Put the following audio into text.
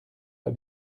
pas